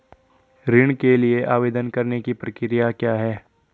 ऋण के लिए आवेदन करने की प्रक्रिया क्या है?